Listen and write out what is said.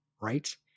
right